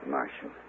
Marshal